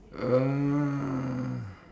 uh